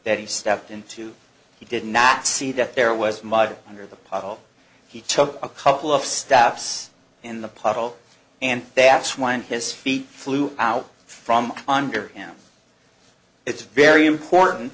that he stepped into he did not see that there was mud under the puddle he took a couple of steps in the puddle and that's when his feet flew out from under him it's very important